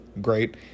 great